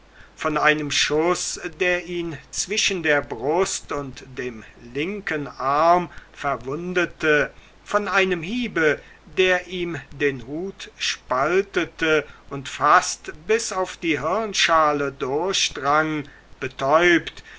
von einem schuß der ihn zwischen der brust und dem linken arm verwundete von einem hiebe der ihm den hut spaltete und fast bis auf die hirnschale durchdrang betäubt